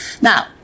Now